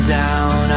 down